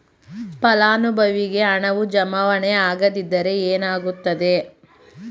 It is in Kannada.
ಫಲಾನುಭವಿಗೆ ಹಣವು ಜಮಾವಣೆ ಆಗದಿದ್ದರೆ ಏನಾಗುತ್ತದೆ?